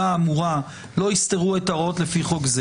האמורה לא יסתרו את ההוראות לפי חוק זה",